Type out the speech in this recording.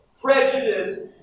prejudice